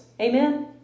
Amen